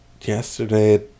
yesterday